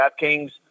DraftKings